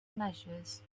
measures